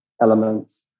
elements